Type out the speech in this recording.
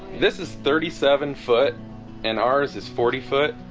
this is thirty seven foot and ours is forty foot